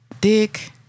Dick